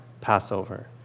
Passover